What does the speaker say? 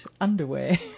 underwear